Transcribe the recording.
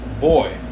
boy